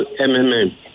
MMM